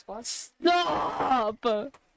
Stop